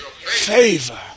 Favor